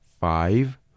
Five